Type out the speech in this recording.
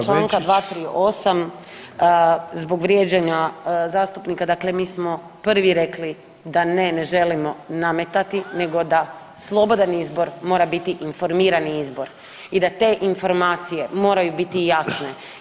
Povreda čl. 238. zbog vrijeđanja zastupnika, dakle mi smo prvi rekli da ne, ne želimo nametati nego da slobodan izbor mora biti informirani izbor i da te informacije moraju biti jasne.